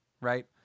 right